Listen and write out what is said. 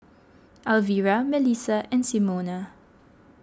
Alvira Mellisa and Simona